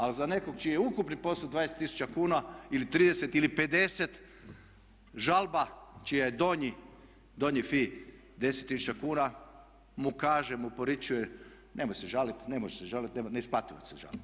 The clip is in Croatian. Ali za nekog čiji je ukupni posao 20 tisuća kuna ili 30 ili 50 žalba čiji je donji fi 10 tisuća kuna mu kaže, mu poručuje nemoj se žaliti, nemoj se žaliti, ne isplati vam se žaliti.